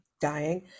dying